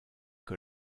que